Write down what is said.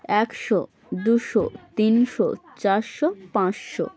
একশো দুশো তিনশো চারশো পাঁচশো